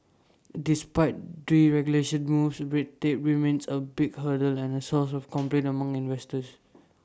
despite deregulation moves red tape remains A big hurdle and A source of complaint among investors